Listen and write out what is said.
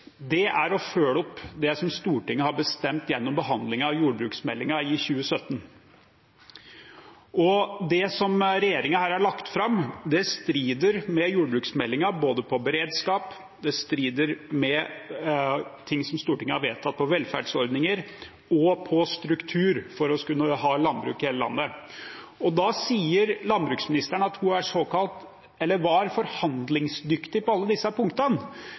arbeidsinstruks er å følge opp det Stortinget har bestemt gjennom behandlingen av jordbruksmeldingen i 2017. Det regjeringen her har lagt fram, strider mot jordbruksmeldingen på beredskap, og det strider mot ting Stortinget har vedtatt på velferdsordninger og på struktur for å kunne ha landbruk i hele landet. Landbruksministeren sier at hun var forhandlingsdyktig på alle disse punktene.